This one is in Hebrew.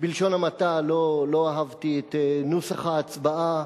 בלשון המעטה, לא אהבתי את נוסח ההצבעה,